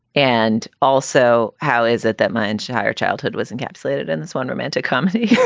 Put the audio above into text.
and also, how is it that my entire childhood was encapsulated in this one romantic comedy?